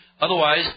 Otherwise